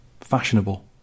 fashionable